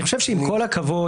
אני חושב שעם כל הכבוד,